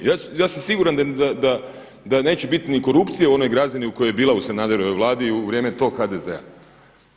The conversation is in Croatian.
Ja sam siguran da neće biti ni korupcije u onoj razini koja je bila u Sanaderovoj Vladi i u vrijeme tog HDZ-a.